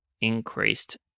increased